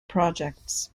projects